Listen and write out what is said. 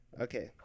Okay